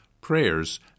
prayers